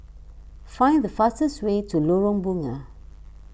find the fastest way to Lorong Bunga